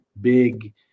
big